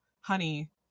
honey